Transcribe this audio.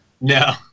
No